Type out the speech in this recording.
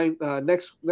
next